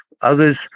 Others